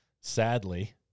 sadly